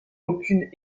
aucune